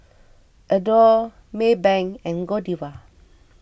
Adore Maybank and Godiva